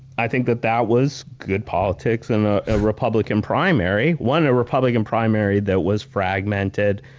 i think that that was good politics in ah a republican primary one, a republican primary that was fragmented,